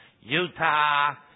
Utah